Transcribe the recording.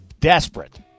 desperate